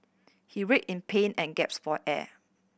he writhed in pain and gaped for air